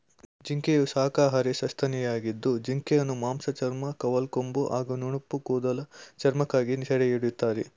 ಜಿಂಕೆಯು ಶಾಖಾಹಾರಿ ಸಸ್ತನಿಯಾಗಿದ್ದು ಜಿಂಕೆಯನ್ನು ಮಾಂಸ ಚರ್ಮ ಕವಲ್ಕೊಂಬು ಹಾಗೂ ನುಣುಪುಕೂದಲ ಚರ್ಮಕ್ಕಾಗಿ ಸೆರೆಹಿಡಿತಾರೆ